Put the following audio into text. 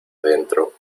dentro